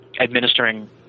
administering